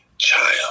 child